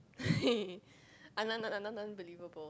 un~ un~ un~ unbelievable